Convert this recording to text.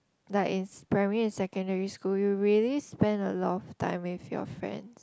like in primary and secondary school you really spend a lot of time with your friends